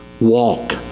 walk